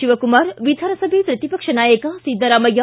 ಶಿವಕುಮಾರ್ ವಿಧಾನಸಭೆ ಪ್ರತಿಪಕ್ಷ ನಾಯಕ ಸಿದ್ದರಾಮಯ್ಯ